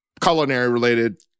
culinary-related